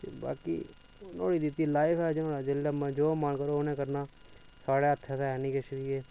बाकी होई बीती लाह्ग जां भमै जेल्लै मर्जी जो मन करग उ'नें करना साढ़ै हत्थ ते ऐ निं किश बी एह्